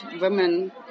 women